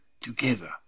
together